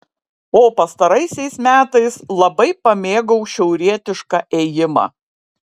o pastaraisiais metais labai pamėgau šiaurietišką ėjimą